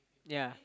ya